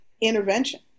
intervention